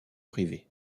privé